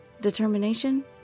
Determination